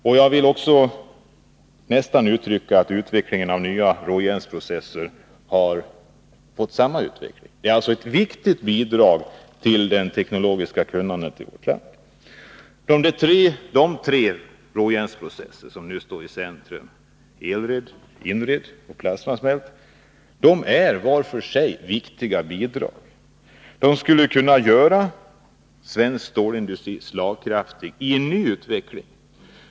Och jag vill nästan uttrycka det så att det har blivit på samma sätt också med utvecklingen av nya råjärnsprocesser, som är ett viktigt bidrag till det teknologiska kunnandet i vårt land. De tre råjärnsprocesser som nu står i centrum — elredprocessen, inredprocessen och plasmasmelt — är var för sig viktiga bidrag. De skulle kunna göra svensk stålindustri slagkraftig i en ny utveckling.